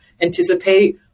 anticipate